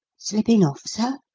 slipping off, sir?